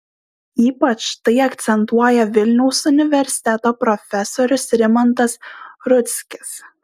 ypač tai akcentuoja vilniaus universiteto profesorius rimantas rudzkis